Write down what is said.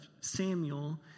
Samuel